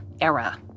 era